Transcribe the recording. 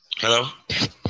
Hello